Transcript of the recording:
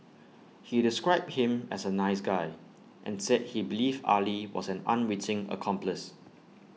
he described him as A nice guy and said he believed Ali was an unwitting accomplice